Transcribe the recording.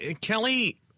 Kelly